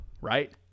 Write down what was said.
right